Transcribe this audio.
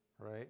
Right